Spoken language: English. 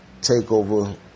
TakeOver